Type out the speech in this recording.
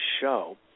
show